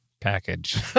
package